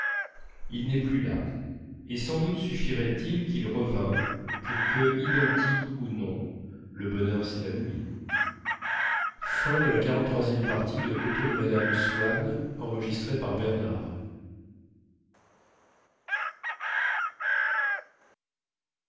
il n'est plus là et sans doute suffirait-il qu'il revînt pour que identique ou non le bonheur s'évanouît